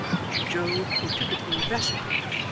while joe, who took it in the best part,